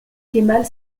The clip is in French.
kemal